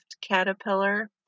Caterpillar